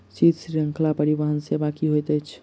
शीत श्रृंखला परिवहन सेवा की होइत अछि?